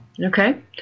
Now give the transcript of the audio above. Okay